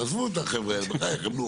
תעזבו חבר'ה, בחייכם.